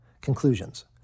Conclusions